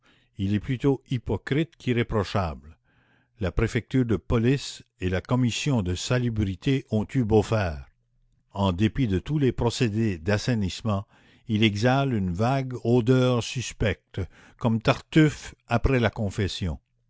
il est plutôt hypocrite qu'irréprochable la préfecture de police et la commission de salubrité ont eu beau faire en dépit de tous les procédés d'assainissement il exhale une vague odeur suspecte comme tartuffe après la confession